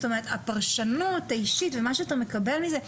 זאת אומרת הפרשנות האישית ומה שאתה מקבל מזה.